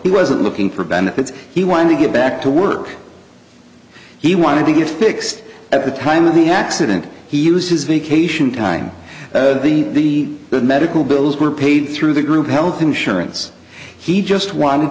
he wasn't looking for benefits he wanted to get back to work he wanted to get fixed at the time of the accident he used his vacation time the medical bills were paid through the group health insurance he just wanted